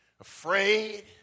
afraid